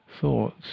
thoughts